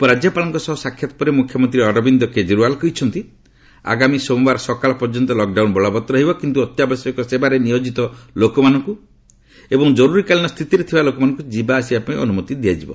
ଉପରାଜ୍ୟପାଳଙ୍କ ସହ ସାକ୍ଷାତ ପରେ ମୁଖ୍ୟମନ୍ତ୍ରୀ ଅରବିନ୍ଦ କେଜରିୱାଲ୍ କହିଛନ୍ତି ଆଗାମୀ ସୋମବାର ସକାଳ ପର୍ଯ୍ୟନ୍ତ ଲକ୍ଡାଉନ୍ ବଳବତ୍ତର ରହିବ କିନ୍ତୁ ଅତ୍ୟାବଶ୍ୟକୀୟ ସେବାରେ ନିୟୋଜିତ ଲୋକମାନଙ୍କୁ ଏବଂ ଜରୁରୀକାଳୀନ ସ୍ଥିତିରେ ଥିବା ଲୋକମାନଙ୍କୁ ଯିବା ଆସିବା ପାଇଁ ଅନୁମତି ଦିଆଯିବ